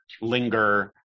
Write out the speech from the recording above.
linger